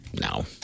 No